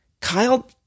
Kyle